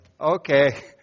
okay